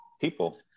people